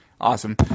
Awesome